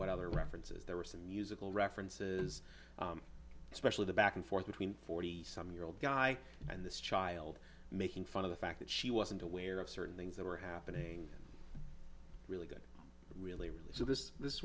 whatever references there were some musical references especially the back and forth between forty some year old guy and this child making fun of the fact that she wasn't aware of certain things that were happening really good really really so this this